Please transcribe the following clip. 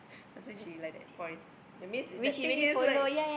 that's why she like that point that means that thing is like